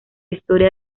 historia